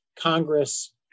Congress